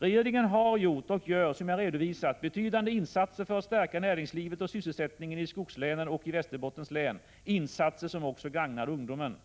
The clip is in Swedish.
Regeringen har gjort och gör, som jag redovisat, betydande insatser för att stärka näringslivet och sysselsättningen i skogslänen och i Västerbottens län — insatser som också gagnar ungdomen.